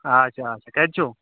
آچھا آچھا کَتہِ چھِو